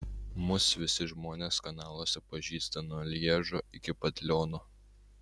mus visi žmonės kanaluose pažįsta nuo lježo iki pat liono